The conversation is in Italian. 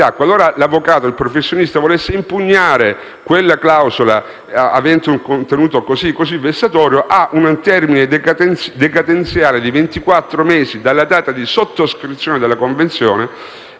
qualora l'avvocato o il professionista volesse impugnare quella clausola avente un contenuto così vessatorio, ha un termine decadenziale di ventiquattro mesi dalla data di sottoscrizione della convenzione.